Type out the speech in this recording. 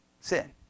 sin